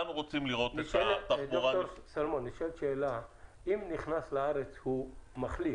אם מי שנכנס לארץ מחלים